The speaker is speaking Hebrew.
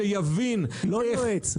שיבין --- לא יועץ,